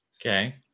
Okay